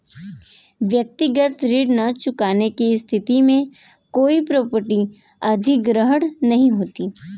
व्यक्तिगत ऋण न चुकाने की स्थिति में कोई प्रॉपर्टी अधिग्रहण नहीं होता